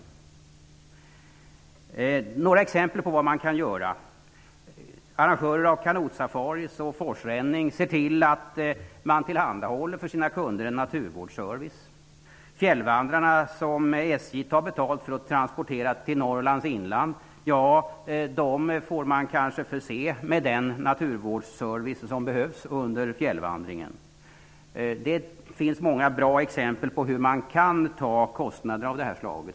Jag vill ge några exempel på vad man kan göra: Arrangörer av kanotsafarier och forsränning kan se till att tillhandahålla en naturvårdsservice för sina kunder. Fjällvandrarna, för vilka SJ tar betalt för att transportera till Norrlands inland, får man kanske förse med den naturvårdsservice som behövs under fjällvandringen. Det finns många bra exempel på hur man kan ta kostnader av detta slag.